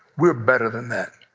we're better than that,